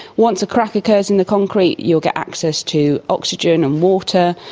once a crack occurs in the concrete you'll get access to oxygen and water,